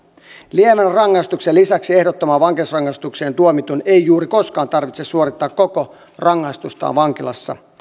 lievän rangaistuksen lisäksi ehdottomaan vankeusrangaistukseen tuomitun ei juuri koskaan tarvitse suorittaa koko rangaistustaan vankilassa